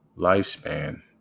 Lifespan